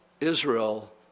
Israel